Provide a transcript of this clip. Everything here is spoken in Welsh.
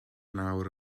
nawr